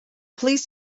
police